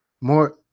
more